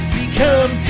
become